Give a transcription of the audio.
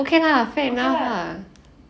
okay lah